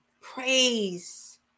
Praise